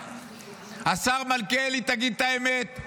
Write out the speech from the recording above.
השר מלכיאלי, תגיד את האמת.